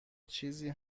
چیزی